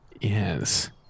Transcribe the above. Yes